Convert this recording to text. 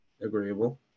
Agreeable